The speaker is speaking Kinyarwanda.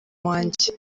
wanjye